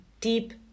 deep